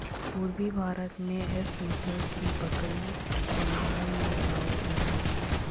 पूरबी भारत में एह नसल के बकरी बंगाल में पावल जाला